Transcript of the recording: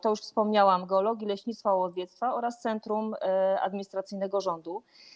Jak już wspomniałam: geologii, leśnictwa i łowiectwa oraz centrum administracyjnego rządu.